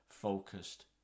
focused